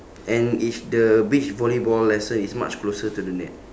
and each the beach volleyball lesson is much closer to the net